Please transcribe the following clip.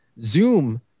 Zoom